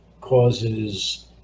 causes